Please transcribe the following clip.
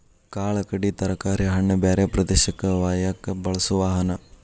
ಕಾಳ ಕಡಿ ತರಕಾರಿ ಹಣ್ಣ ಬ್ಯಾರೆ ಪ್ರದೇಶಕ್ಕ ವಯ್ಯಾಕ ಬಳಸು ವಾಹನಾ